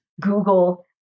Google